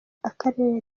akarere